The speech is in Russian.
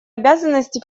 обязанности